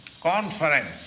conference